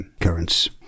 currents